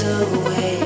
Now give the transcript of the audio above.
away